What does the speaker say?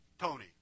Tony